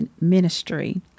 ministry